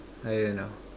how you know